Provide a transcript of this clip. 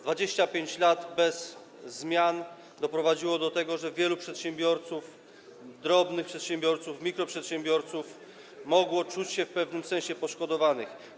25 lat bez zmian doprowadziło do tego, że wielu przedsiębiorców, drobnych przedsiębiorców, mikroprzedsiębiorców mogło czuć się w pewnym sensie poszkodowanych.